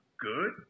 good